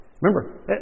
Remember